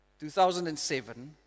2007